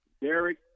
Derek